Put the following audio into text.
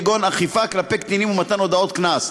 כגון אכיפה כלפי קטינים ומתן הודעות קנס.